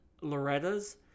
Loretta's